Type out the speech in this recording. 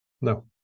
No